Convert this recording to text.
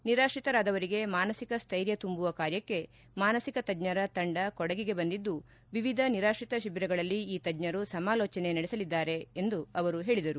ನಿರಾತ್ರಿತರಾದವರಿಗೆ ಮಾನಸಿಕ ಸೈರ್ಯ ತುಂಬುವ ಕಾರ್ಯಕ್ಕೆ ಮಾನಸಿಕ ತಜ್ಜರ ತಂಡ ಕೊಡಗಿಗೆ ಬಂದಿದ್ದು ವಿವಿಧ ನಿರಾತ್ರಿತ ಶಿಬಿರಗಳಲ್ಲಿ ಈ ತಜ್ಜರು ಸಮಾಲೋಚನೆ ನಡೆಸಲಿದ್ದಾರೆಂದು ಅವರು ಹೇಳಿದರು